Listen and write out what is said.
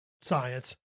science